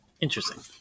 Interesting